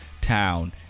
town